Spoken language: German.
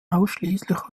ausschließlich